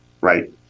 right